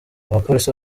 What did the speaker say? abapolisi